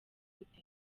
gute